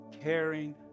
caring